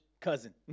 cousin